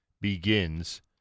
begins